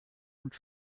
und